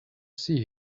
see